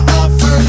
offer